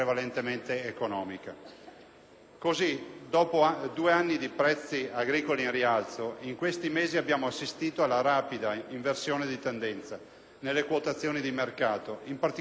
Così, dopo due anni di prezzi agricoli in rialzo, in questi mesi abbiamo assistito alla rapida inversione di tendenza nelle quotazioni di mercato; in particolare, i cereali (grano duro,